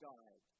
God